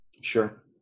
Sure